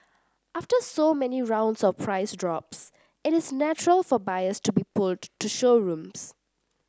after so many rounds of price drops it is natural for buyers to be pulled to showrooms